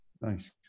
Nice